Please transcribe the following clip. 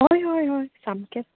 हय हय सामकेंच